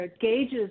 gauges